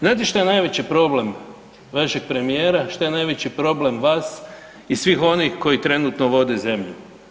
Znate što je najveći problem vašeg premijera, što je najveći problem vas i svih onih koji trenutno vode zemlju?